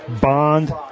Bond